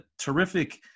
terrific